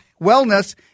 wellness